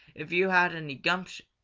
if you had any gumption